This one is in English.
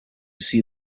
see